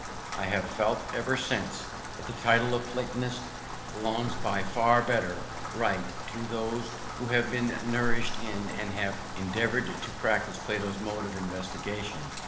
i have felt ever since that the title of platonist belongs by far better right to those who have been nourished in and have endeavoured to practise plato's mode of investigation,